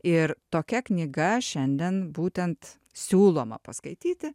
ir tokia knyga šiandien būtent siūloma paskaityti